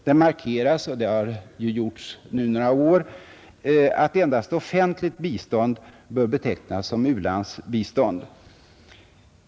Det markeras — och det har gjorts nu några år — att endast offentligt bistånd bör betecknas som u-landsbistånd.